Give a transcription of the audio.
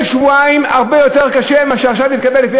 שבועיים הרבה יותר קשה מאשר להתקבל עכשיו,